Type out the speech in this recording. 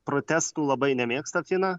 protestų labai nemėgsta fina